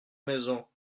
maison